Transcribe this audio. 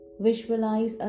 Visualize